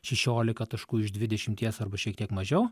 šešiolika taškų iš dvidešimties arba šiek tiek mažiau